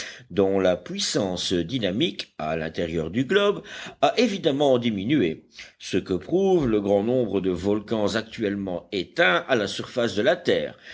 dont la puissance dynamique à l'intérieur du globe a évidemment diminué ce que prouve le grand nombre de volcans actuellement éteints à la surface de la terre